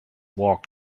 walk